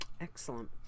excellent